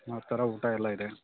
ಆ ಥರ ಊಟ ಎಲ್ಲ ಇದೆ